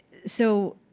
so